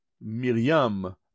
Miriam